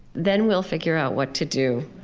then we'll figure out what to do.